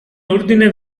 ordine